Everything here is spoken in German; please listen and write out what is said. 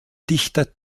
dichter